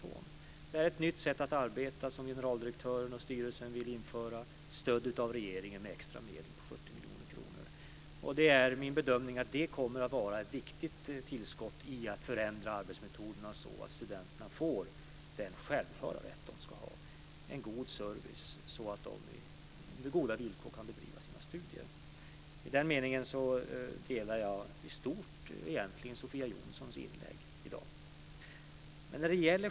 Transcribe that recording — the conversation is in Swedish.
Det här är ett nytt sätt att arbeta som generaldirektören och styrelsen vill införa, stödda av regeringen med extra medel om 70 miljoner kronor. Det är min bedömning att detta kommer att vara ett viktigt tillskott när det gäller att förändra arbetsmetoderna så att studenterna får den självklara rätt som de ska ha - en god service så att de under goda villkor kan bedriva sina studier. I den meningen delar jag egentligen i stort vad Sofia Jonsson säger i sitt inlägg här i dag.